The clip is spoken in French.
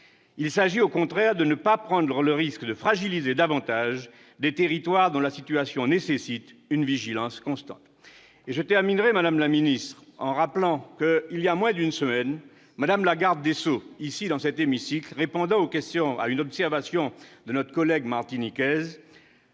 Il s'agit au contraire de ne pas prendre le risque de fragiliser davantage des territoires dont la situation nécessite une vigilance constante. Je terminerai, madame la ministre, en rappelant que, voilà moins d'une semaine, Mme la garde des sceaux, répondant dans cet hémicycle à une observation de notre collègue martiniquaise,